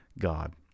God